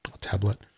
tablet